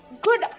good